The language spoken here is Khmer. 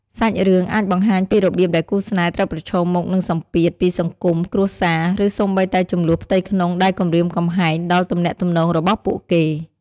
សាច់រឿងអាចបង្ហាញពីរបៀបដែលគូស្នេហ៍ត្រូវប្រឈមមុខនឹងសម្ពាធពីសង្គម គ្រួសារ ឬសូម្បីតែជម្លោះផ្ទៃក្នុងដែលគំរាមកំហែងដល់ទំនាក់ទំនងរបស់ពួកគេ។